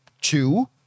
two